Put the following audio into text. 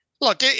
look